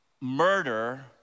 Murder